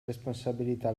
responsabilità